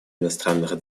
иностранных